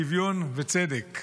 שוויון וצדק.